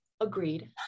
agreed